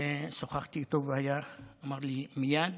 שוחחתי איתו והוא אמר לי מייד.